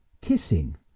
kissing